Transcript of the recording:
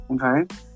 Okay